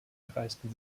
erreichten